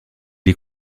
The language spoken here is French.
est